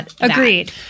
Agreed